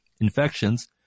infections